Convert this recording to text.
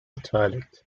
beteiligt